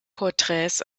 porträts